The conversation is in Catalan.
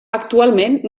actualment